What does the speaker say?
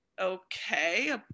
okay